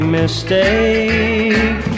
mistake